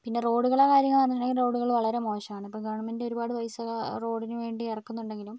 പിന്നെ റോഡുകളുടെ കാര്യംന്ന് പറഞ്ഞിട്ടുണ്ടെങ്കിൽ റോഡുകൾ വളരെ മോശമാണ് ഇപ്പോൾ ഗവൺമെൻറ്റ് ഒരുപാട് പൈസ റോഡിനു വേണ്ടി ഇറക്കുന്നുണ്ടെങ്കിലും